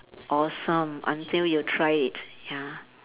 awesome until you try it ya